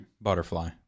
Butterfly